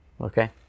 okay